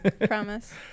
Promise